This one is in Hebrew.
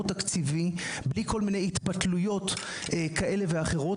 תקציבי בלי כל מיני התפתלויות כאלה ואחרות,